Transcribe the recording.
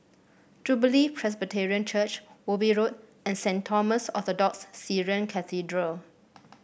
Jubilee Presbyterian Church Ubi Road and Saint Thomas Orthodox Syrian Cathedral